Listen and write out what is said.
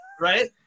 Right